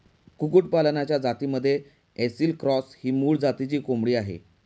कुक्कुटपालनाच्या जातींमध्ये ऐसिल क्रॉस ही मूळ जातीची कोंबडी आहे